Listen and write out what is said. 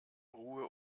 ruhe